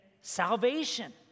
salvation